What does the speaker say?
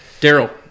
Daryl